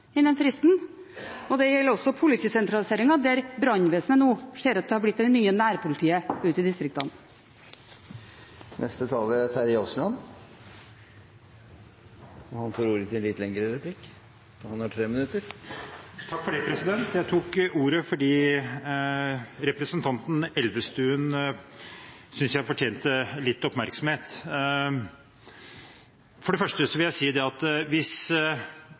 innen fristen. Det gjelder også politisentraliseringen, der brannvesenet nå ser ut til å ha blitt det nye nærpolitiet ute i distriktene. Jeg tok ordet fordi representanten Elvestuen syntes jeg fortjente litt oppmerksomhet. For det første vil jeg si at hvis